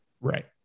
right